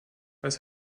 was